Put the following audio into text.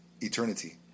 eternity